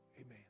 Amen